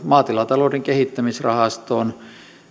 maatilatalouden kehittämisrahastoon